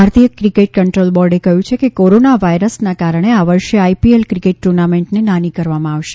ભારતીય cricket control બોર્ડે કહ્યું છે કે કોરોના વાઈરસના કારણે આ વર્ષે આઈપીએલ ક્રિકેટ ટૂર્નામેન્ટને નાની કરવામાં આવશે